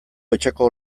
etxeko